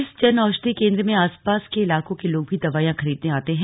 इस जन औषधि केंद्र में आसपास के इलाकों के लोग भी दवाइयां खरीदने आते हैं